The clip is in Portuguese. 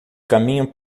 caminham